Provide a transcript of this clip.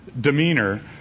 demeanor